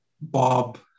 Bob